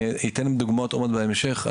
אני אתן דוגמאות עוד מעט בהמשך.